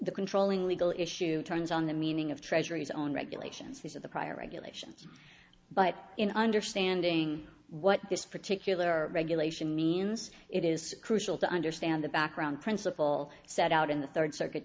the controlling legal issue turns on the meaning of treasury's own regulations these are the prior regulations but in understanding what this particular regulation means it is crucial to understand the background principle set out in the third circuit